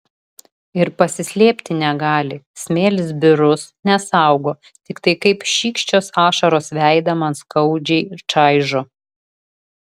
ir pasislėpti negali smėlis birus nesaugo tiktai kaip šykščios ašaros veidą man skaudžiai čaižo